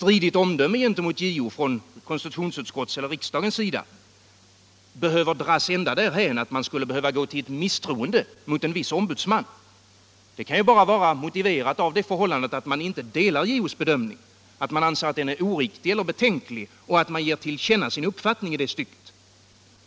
kritiskt omdöme mot JO från konstitutionsutskottets eller riksdagens sida behöver dras ända därhän att man skulle uttala misstroende mot en viss ombudsman. Det kan också vara motiverat om man inte delar hans bedömning, om man anser att den är oriktig och betänklig och om man ger till känna denna sin uppfattning.